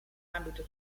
ambito